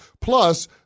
Plus